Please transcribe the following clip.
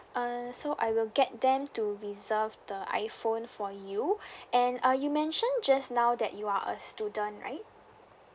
uh so I will get them to reserve the iphone for you and uh you mentioned just now that you are a student right